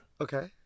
Okay